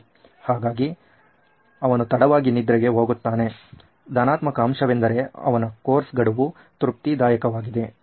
ಹಾಗಾಗಿ ಅವನು ತಡವಾಗಿ ನಿದ್ರೆಗೆ ಹೋಗುತ್ತಾನೆ ಧನಾತ್ಮಕ ಅಂಶವೆಂದರೆ ಅವನ ಕೋರ್ಸ್ ಗಡುವು ತೃಪ್ತಿದಯಕವಾಗಿದೆ